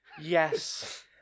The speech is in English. yes